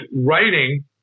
writing